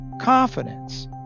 confidence